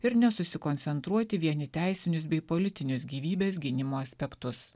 ir nesusikoncentruoti vien į teisinius bei politinius gyvybės gynimo aspektus